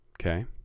okay